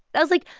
i was like,